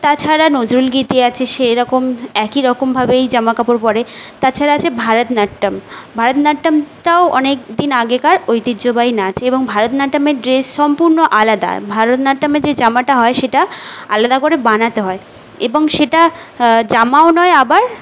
তাছাড়া নজরুলগীতি আছে সেইরকম একই রকমভাবেই জামাকাপড় পরে তাছাড়া আছে ভরতনাট্যম ভরতনাট্যমটাও অনেকদিন আগেকার ঐতিহ্যবাহী নাচ এবং ভরতনাট্যমের ড্রেস সম্পূর্ণ আলাদা ভরতনাট্যমের যে জামাটা হয় সেটা আলাদা করে বানাতে হয় এবং সেটা জামাও নয় আবার